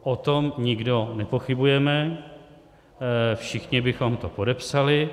O tom nikdo nepochybujeme, všichni bychom to podepsali.